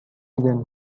then